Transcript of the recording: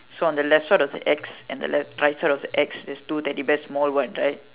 so on the left side of the X and the right side of the X is two teddy bears small one right